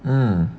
um